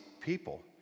people